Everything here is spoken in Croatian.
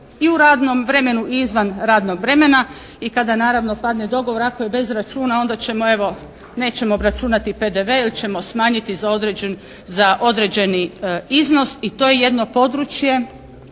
i u radnom vremenu izvan radnog vremena i kada naravno padne dogovor ako je bez računa onda ćemo evo, nećemo obračunati PDV ili ćemo smanjiti za određeni iznos. I to je jedno područje